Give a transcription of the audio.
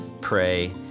pray